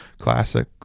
classic